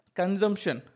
consumption